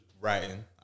writing